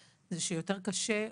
זה שיותר קשה,